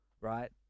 Right